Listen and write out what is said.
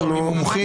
לא שומעים מומחים?